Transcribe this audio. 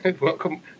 Welcome